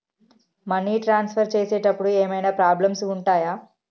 Money transfer చేసేటప్పుడు ఏమైనా problems ఉంటయా?